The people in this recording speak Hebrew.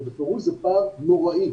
ובפירוש זה פער נוראי.